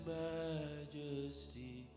majesty